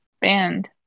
band